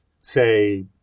say